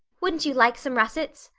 wouldn't you like some russets?